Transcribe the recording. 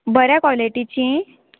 बऱ्या कॉलिटीची